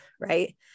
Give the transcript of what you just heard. Right